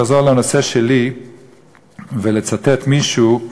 לחזור לנושא שלי ולצטט מישהו,